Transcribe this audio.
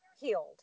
healed